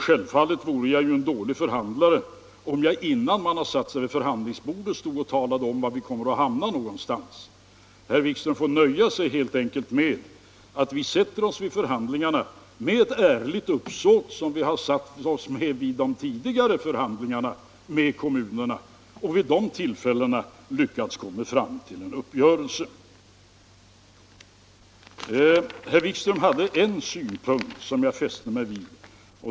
Självfallet vore jag en dålig förhandlare om jag innan man satt sig vid förhandlingsbordet talade om vilket resultat vi räknar med. Herr Wikström får helt enkelt nöja sig med att vi sätter oss vid förhandlingsbordet med ett ärligt uppsåt, liksom vi satt oss ner vid de tidigare förhandlingarna med kommunerna. Vid de tillfällena har vi lyckats komma fram till en uppgörelse. Herr Wikström hade en synpunkt som jag fäste mig vid.